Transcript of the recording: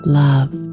love